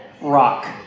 rock